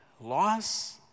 loss